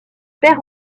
perd